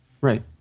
Right